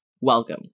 welcome